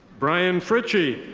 brian fritchy.